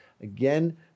Again